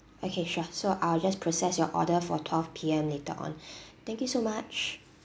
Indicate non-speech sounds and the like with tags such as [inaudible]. okay sure so I will just process your order for twelve P_M later on [breath] thank you so much